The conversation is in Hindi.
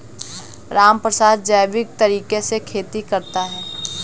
रामप्रसाद जैविक तरीके से खेती करता है